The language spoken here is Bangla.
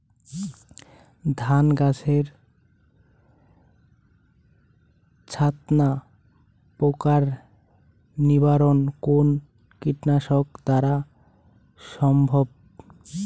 ধান গাছের ছাতনা পোকার নিবারণ কোন কীটনাশক দ্বারা সম্ভব?